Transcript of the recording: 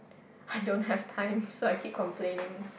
I don't have time so I keep complaining